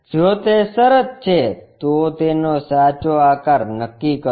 જો તે શરત છે તો તેનો સાચો આકાર નક્કી કરો